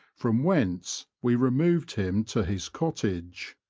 from whence we removed him to his cottage.